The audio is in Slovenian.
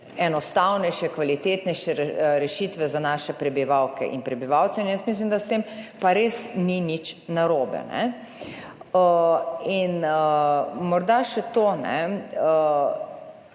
enostavnejše, kvalitetnejše rešitve za naše prebivalke in prebivalce. In jaz mislim, da s tem pa res ni nič narobe. In morda še to,